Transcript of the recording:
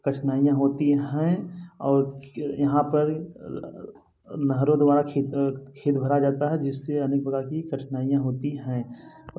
कठिनाइयाँ होती हैं और कि यहाँ पर नहरों द्वारा खेत खेत भरा जाता है जिससे अनेक प्रकार की कठिनाइयाँ होती हैं